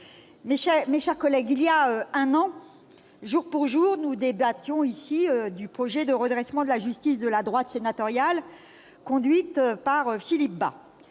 mes chers collègues, il y a un an, presque jour pour jour, nous débattions ici du projet de redressement de la justice de la droite sénatoriale, conduite par Philippe Bas.